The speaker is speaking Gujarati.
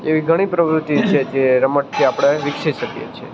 એવી ઘણી પ્રવૃત્તિ છે જે રમતથી આપણે વિકસી શકીએ છે